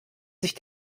sich